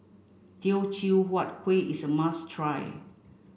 Teochew Huat Kueh is a must try